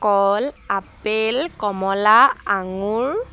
কল আপেল কমলা আঙুৰ